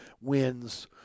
wins